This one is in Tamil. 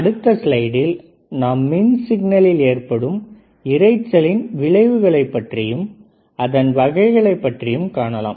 அடுத்த ஸ்லைடில் நாம் மின் சிக்னலில் ஏற்படும் இரைச்சலின் விளைவுகளைப் பற்றியும் அதன் வகைகளைப் பற்றியும் காணலாம்